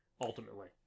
ultimately